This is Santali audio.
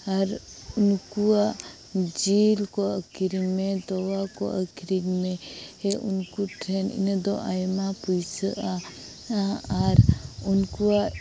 ᱟᱨ ᱩᱱᱠᱩᱣᱟᱜ ᱡᱤᱞ ᱠᱚ ᱟᱹᱠᱷᱨᱤᱧᱢᱮ ᱛᱚᱣᱟ ᱠᱚ ᱟᱹᱠᱷᱨᱤᱧ ᱢᱮ ᱦᱮᱸ ᱩᱱᱠᱩᱴᱷᱮᱱ ᱤᱱᱟᱹ ᱫᱚ ᱟᱭᱢᱟ ᱯᱩᱭᱥᱟᱹᱜᱼᱟ ᱟᱨ ᱩᱱᱠᱩᱣᱟᱜ